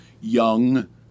Young